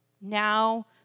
now